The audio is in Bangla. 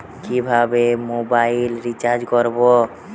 কিভাবে মোবাইল রিচার্জ করব?